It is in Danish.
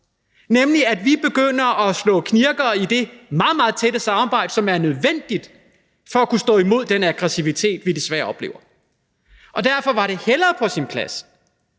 nemlig at vi begynder at få det til at knirke i det udmærkede samarbejde, som er nødvendigt for at kunne stå imod den aggressivitet, vi desværre oplever. Derfor var det mere på sin plads,